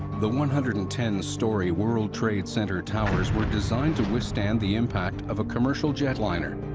the one hundred and ten story world trade center towers were designed to withstand the impact of a commercial jetliner.